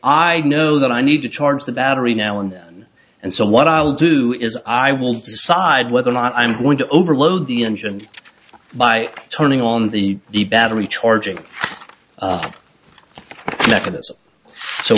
i know that i need to charge the battery now and then and so what i'll do is i will decide whether or not i'm going to overload the engine by turning on the the battery charging